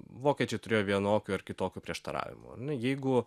vokiečiai turėjo vienokių ar kitokių prieštaravimų nu jeigu